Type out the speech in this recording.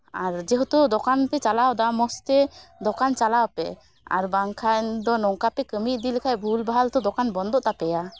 ᱟᱨ ᱡᱮᱦᱮᱛᱩ ᱫᱚᱠᱟᱱ ᱯᱮ ᱪᱟᱞᱟᱣᱮᱫᱟ ᱢᱚᱡᱽ ᱛᱮ ᱫᱚᱠᱟᱱ ᱪᱟᱞᱟᱣ ᱯᱮ ᱟᱨ ᱵᱟᱝᱠᱷᱟᱱ ᱫᱚ ᱱᱚᱝᱠᱟ ᱯᱮ ᱠᱟᱹᱢᱤ ᱤᱫᱤ ᱞᱮᱠᱷᱟᱡ ᱵᱷᱩᱞᱼᱵᱷᱟᱞ ᱛᱚ ᱫᱚᱠᱟᱱ ᱵᱚᱱᱫᱚᱜ ᱛᱟᱯᱮᱭᱟ